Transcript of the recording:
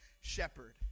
shepherd